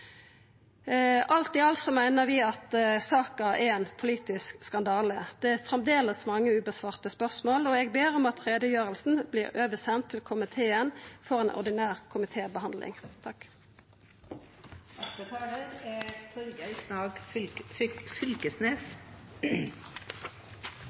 Alt i alt meiner vi at saka er ein politisk skandale. Det er framleis mange spørsmål som ikkje er svara på, og eg ber om at utgreiinga vert send til komiteen for ordinær